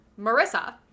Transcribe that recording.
Marissa